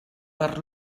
per